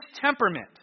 temperament